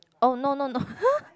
oh no no no